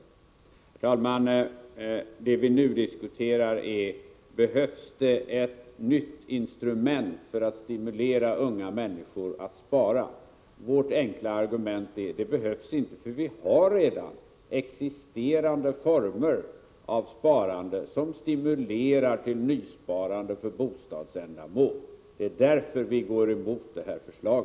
Herr talman! Det vi nu diskuterar är frågan: Behövs det ett nytt instrument för att stimulera unga människor att spara? Vårt argument är att det inte behövs, för vi har redan existerande former av sparande som stimulerar till nysparande för bostadsändamål. Det är därför vi går emot detta förslag.